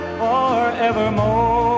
forevermore